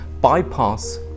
bypass